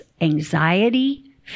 anxiety